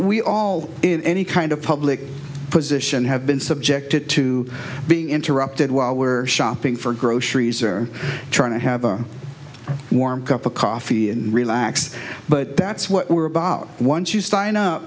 we all in any kind of public position have been subjected to being interrupted while we were shopping for groceries or trying to have a warm cup of coffee and relax but that's what we're about once you sign up